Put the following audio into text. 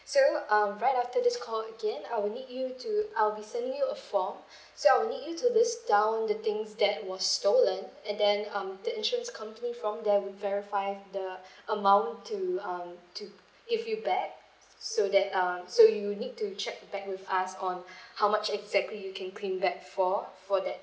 so um right after this call again I will need you to I'll be sending you a form so I will need you to list down the things that was stolen and then um the insurance company from there would verify the amount to um to give you back so that um so you need to check back with us on how much exactly you can claim back for for that